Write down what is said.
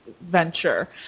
venture